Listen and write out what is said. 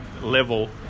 level